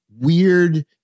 weird